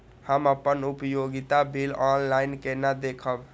हम अपन उपयोगिता बिल ऑनलाइन केना देखब?